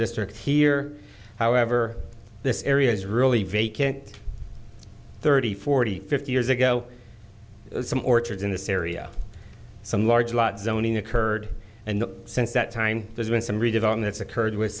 district here however this area is really vacant thirty forty fifty years ago some orchards in this area some large lot zoning occurred and since that time there's been some redeveloping that's occurred with